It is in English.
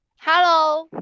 Hello